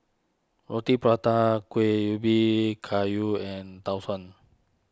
Roti Prata Kuih Ubi Kayu and Tau Suan